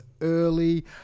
early